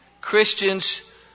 Christians